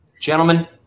Gentlemen